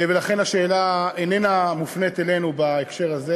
ולכן השאלה איננה מופנית אלינו בהקשר הזה.